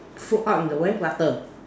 throw up in the where gutter